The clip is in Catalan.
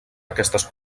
aquestes